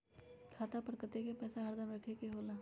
खाता पर कतेक पैसा हरदम रखखे के होला?